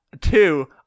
Two